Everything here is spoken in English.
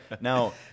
Now